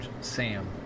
Sam